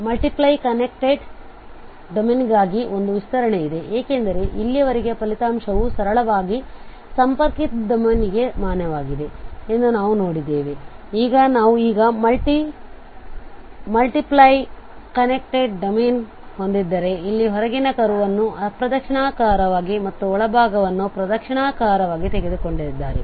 ಮಲ್ಟಿಪ್ connected ಡೊಮೇನ್ಗಾಗಿ ಒಂದು ವಿಸ್ತರಣೆಯಿದೆ ಏಕೆಂದರೆ ಇಲ್ಲಿಯವರೆಗೆ ಫಲಿತಾಂಶವು ಸರಳವಾಗಿ ಸಂಪರ್ಕಿತ ಡೊಮೇನ್ಗೆ ಮಾನ್ಯವಾಗಿದೆ ಎಂದು ನಾವು ನೋಡಿದ್ದೇವೆ ಈಗ ನಾವು ಈಗ ಮಲ್ಟಿಪ್ ಕನೆಕ್ಟೆಡ್ ಡೊಮೇನ್ ಹೊಂದಿದ್ದರೆ ಇಲ್ಲಿ ಹೊರಗಿನ ಕರ್ವ್ ಅನ್ನು ಅಪ್ರದಕ್ಷಿಣವಾಗಿ ಮತ್ತು ಒಳಭಾಗವನ್ನು ಪ್ರದಕ್ಷಿಣಾಕಾರವಾಗಿ ತೆಗೆದುಕೊಂಡಿದ್ದಾರೆ